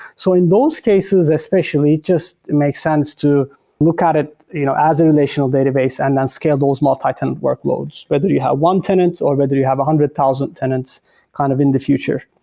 so in those cases, especially, just make sense to look at it you know as a relational database and then scale those multi-tenant workloads, whether you have one tenant or whether you have a hundred thousand tenants kind of in the future.